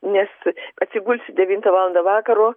nes atsigulsi devintą valandą vakaro